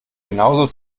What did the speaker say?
genauso